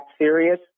serious